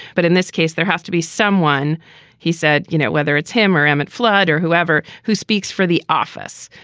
but in this case, there has to be someone he said, you know, whether it's him or emmett flood or whoever who speaks for the office.